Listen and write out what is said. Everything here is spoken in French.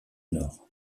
nord